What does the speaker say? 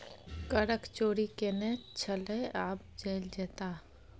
करक चोरि केने छलय आब जेल जेताह